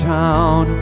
town